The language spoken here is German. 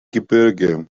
gebirge